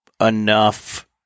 enough